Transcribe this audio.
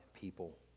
people